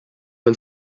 del